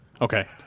Okay